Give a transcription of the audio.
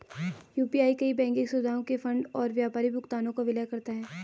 UPI कई banking सुविधाओं के फंड और व्यापारी भुगतानों को विलय करता है